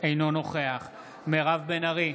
אינו נוכח מירב בן ארי,